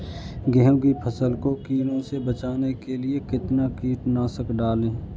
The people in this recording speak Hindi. गेहूँ की फसल को कीड़ों से बचाने के लिए कितना कीटनाशक डालें?